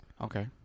Okay